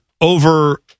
over